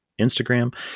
Instagram